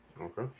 Okay